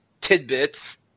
tidbits